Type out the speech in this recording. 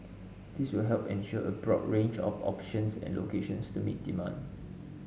this will help ensure a broad range of options and locations to meet demand